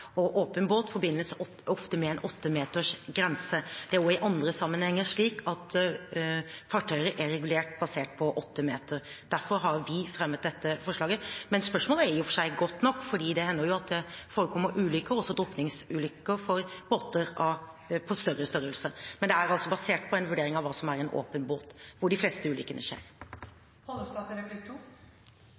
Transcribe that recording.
i åpen båt. Åpen båt forbindes ofte med en 8-metersgrense. Det er også i andre sammenhenger slik at fartøyer er regulert basert på åtte meter. Derfor har vi fremmet dette forslaget. Men spørsmålet er i og for seg godt nok, for det hender jo at det forekommer ulykker, også drukningsulykker, fra båter av større størrelse. Men det er altså basert på en vurdering av hva som er en åpen båt, hvor de fleste ulykkene